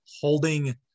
holding